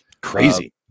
Crazy